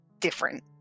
different